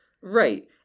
Right